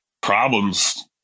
problems